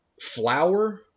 flour